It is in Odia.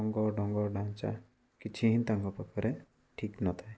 ରଙ୍ଗ ଡଙ୍ଗ ଢାଞ୍ଚା କିଛି ହିଁ ତାଙ୍କ ପାଖରେ ଠିକ ନଥାଏ